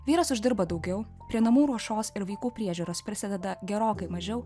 vyras uždirba daugiau prie namų ruošos ir vaikų priežiūros prisideda gerokai mažiau